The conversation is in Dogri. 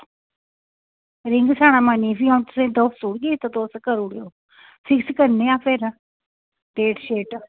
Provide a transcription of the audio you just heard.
रिंग सेरामनी फ्ही अ'ऊं दस्सी ओड़गी ते तुस करी ओड़ेओ फिक्स करने आं डेट शेट